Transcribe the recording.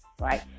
right